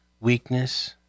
weakness